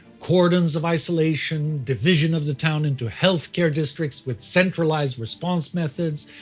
cordons of isolation, division of the town into healthcare districts with centralized response methods,